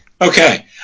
Okay